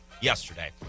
yesterday